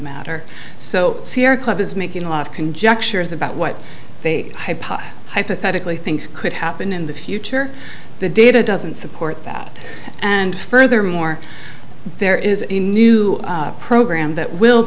matter so the sierra club is making a lot of conjectures about what they hypothetically think could happen in the future the data doesn't support that and furthermore there is a new program that will